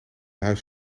huis